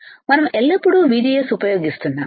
మనం ఎల్లప్పుడూ VGS ఉపయోగిస్తున్నాము